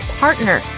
partner,